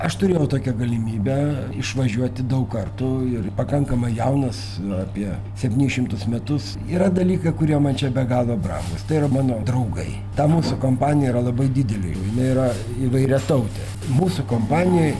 aš turėjau tokią galimybę išvažiuoti daug kartų ir pakankamai jaunas apie septyniasdešimtus metus yra dalykai kurie man čia be galo brangūs tai yra mano draugai ta mūsų kompanija yra labai didelė jinai yra įvairiatautė mūsų kompanijoj